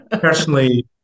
personally